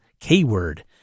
K-Word